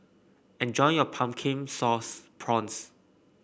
enjoy your Pumpkin Sauce Prawns